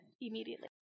immediately